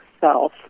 Self